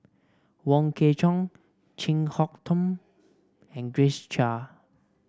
Wong Kwei Cheong Chin Harn Tong and Grace Chia